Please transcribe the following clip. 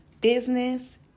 business